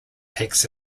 takes